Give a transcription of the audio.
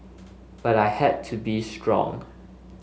but I had to be strong